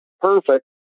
perfect